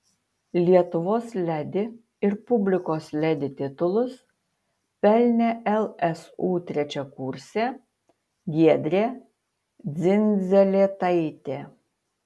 lietuvos ledi ir publikos ledi titulus pelnė lsu trečiakursė giedrė dzindzelėtaitė